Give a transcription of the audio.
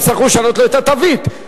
יצטרכו לשנות לו את התווית.